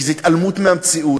כי זו התעלמות מהמציאות.